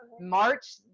March